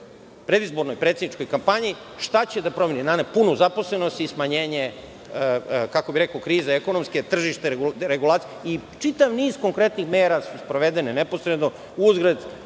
predizbornoj predsedničkoj kampanji šta će da promeni. Naime, punu zaposlenost i smanjenje ekonomske krize, tržište i čitav niz konkretnih mera su sprovedene neposredno. Uzgred,